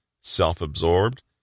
self-absorbed